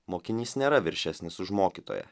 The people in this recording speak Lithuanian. mokinys nėra viršesnis už mokytoją